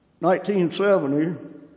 1970